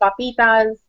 papitas